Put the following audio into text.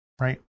right